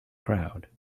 crowd